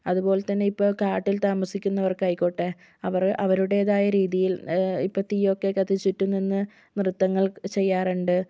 അതുപോലെതന്നെ ഇപ്പോ കാട്ടിൽ താമസിക്കുന്നവർക്കായിക്കോട്ടെ അവർ അവരുടേതായ രീതിയിൽ ഇപ്പോൾ തീയൊക്കെ കത്തിച്ചിട്ട് നിന്ന് നൃത്തങ്ങൾ ചെയ്യാറുണ്ട്